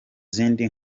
zindi